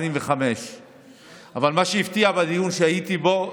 2025. אבל מה שהפתיע בדיון שהייתי בו,